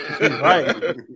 Right